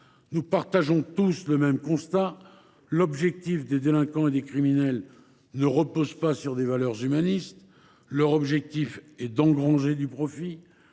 Nous partageons tous le même constat : l’objectif des délinquants et des criminels ne repose pas sur des valeurs humanistes ; il est d’engranger du profit.